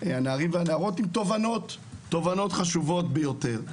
עם תובנות חשובות ביותר.